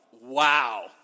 wow